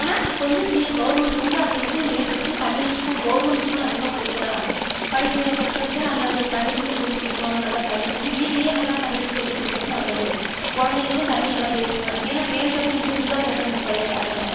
ஆனால் கொஞ்சம் சி கவுர்மெண்ட்டு வந்து அதை வந்து மேப்படுத்தி தமிழ் ஸ்கூல் கவுர்மெண்ட் ஸ்கூலில் அதிகமாக படிக்கலாம் படிக்க படிக்க வெச்சால் நல்லது தமிழ் வந்து சொல்லிக் கொடுக்கோணும் நல்லா வீட்லையே நல்லா தமிழும் சொல்லிக் கொடுக்கறது நல்லது கொழந்தைங்க கூட தமிழ் நல்லா பேசுங்க ஏனால் பேசுவது இங்கிலீஸுல் தான் பேசுகிறாங்க இப்போ எல்லாம் யாருமே